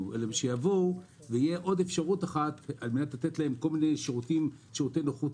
אלא שהם יבואו ותהיה אפשרות לתת להם עוד כל מיני שירותי נוחות.